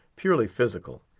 purely physical.